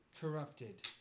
Corrupted